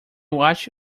watch